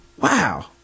Wow